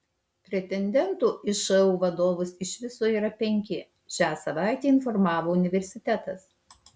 pretendentų į šu vadovus iš viso yra penki šią savaitę informavo universitetas